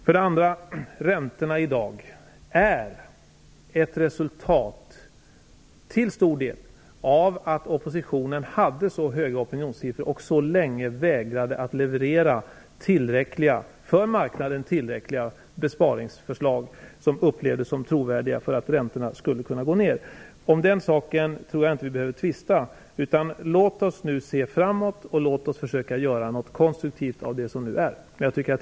För det andra är räntorna i dag till stor del ett resultat av att oppositionen hade så höga opinionssiffror och så länge vägrade att leverera för marknaden tillräckliga besparingsförslag som upplevdes som trovärdiga, så att räntorna skulle kunna gå ner. Om den saken tror jag inte att vi behöver tvista. Låt oss nu se framåt, och låt oss försöka att göra någonting konstruktivt av det som nu är.